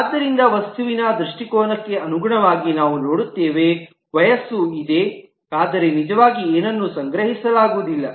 ಆದ್ದರಿಂದ ವಸ್ತುವಿನ ದೃಷ್ಟಿಕೋನಕ್ಕೆ ಅನುಗುಣವಾಗಿ ನಾವು ನೋಡುತ್ತೇವೆ ವಯಸ್ಸು ಇದೆ ಆದರೆ ನಿಜವಾಗಿ ಏನನ್ನೂ ಸಂಗ್ರಹಿಸಲಾಗುವುದಿಲ್ಲ